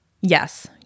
Yes